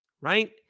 Right